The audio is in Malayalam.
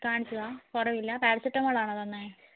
കാണിച്ചതാ കുറവില്ല പാരസെറ്റമോളാണോ തന്നത്